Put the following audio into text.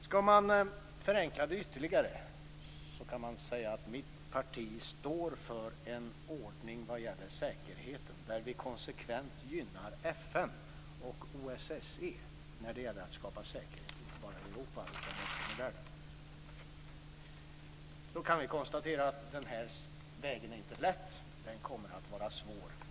Skall man förenkla det ytterligare kan man säga att mitt parti står för en ordning vad gäller säkerheten där vi konsekvent gynnar FN och OSSE när det gäller att skapa säkerhet, inte bara i Europa utan i världen. Vi kan konstatera att den här vägen inte är lätt. Den kommer att vara svår.